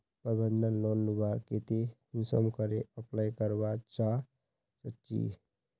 प्रबंधन लोन लुबार केते कुंसम करे अप्लाई करवा चाँ चची?